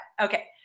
Okay